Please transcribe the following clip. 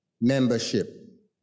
membership